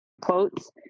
quotes